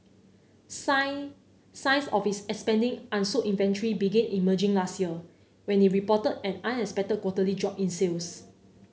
signs signs of its expanding unsold inventory began emerging last year when it reported an unexpected quarterly drop in sales